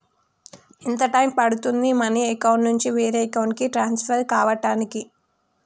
ఎంత టైం పడుతుంది money account నుంచి వేరే అకౌంట్ కి ట్రాన్స్ఫర్ కావటానికి?